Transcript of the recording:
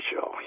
show